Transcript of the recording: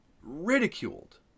ridiculed